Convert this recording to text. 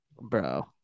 bro